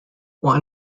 why